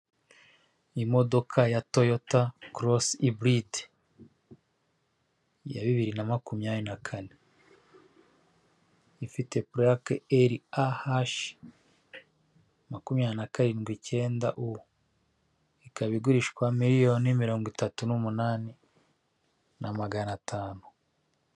Amatara yaka cyane ndetse n'ikiraro kinyuraho imodoka, hasi no hejuru kiri mu mujyi wa Kigali muri nyanza ya Kicukiro ndetse yanditseho, icyapa k'icyatsi kiriho amagambo Kigali eyapoti